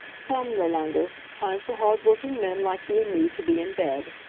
come nirlanger! time for hard-working men like you and me to be in bed.